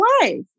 life